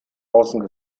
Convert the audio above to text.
außen